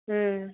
ம்